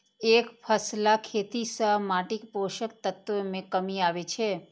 एकफसला खेती सं माटिक पोषक तत्व मे कमी आबै छै